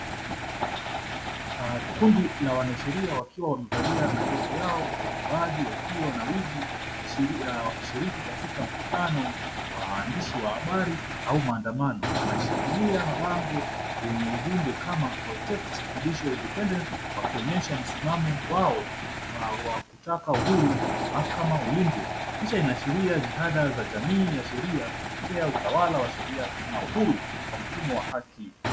Kundi la wanasheria wakiwa wamevalia majopo yao, baadhi wakiwa na wigi wakishiriki katika mkutano wa waandishi wa habari au maandamano. Wanashikilia mabango yenye ujumbe kama protect judicial independence wakionyesha msimamo wao wa kutaka uhuru wa mahakama ulindwe. Kisha inaashiria jihada za jamii ya sheria kupitia utawala wa sheria na uhuru wa mfumo wa haki.